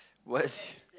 what's